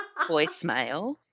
voicemail